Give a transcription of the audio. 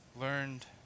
learned